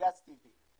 לגז טבעי.